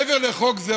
שלא להגן על הטרוריסטים.